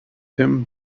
him